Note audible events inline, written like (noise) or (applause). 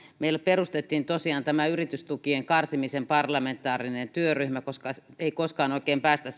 meillä perustettiin tosiaan tämä yritystukien karsimisen parlamentaarinen työryhmä koska ei koskaan oikein päästä (unintelligible)